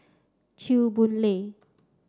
Chew Boon Lay